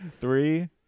Three